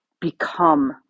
become